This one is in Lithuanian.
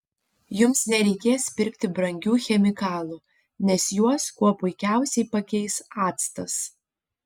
jums nereikės pirkti brangių chemikalų nes juos kuo puikiausiai pakeis actas